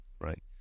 Right